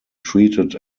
treated